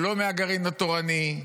או לא מהגרעין התורני,